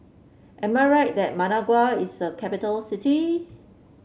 am I right that Managua is a capital city